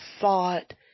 thought